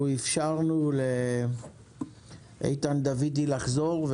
אנחנו אפשרנו לאיתן דוידי לחזור.